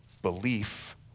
Belief